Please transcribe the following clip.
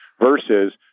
versus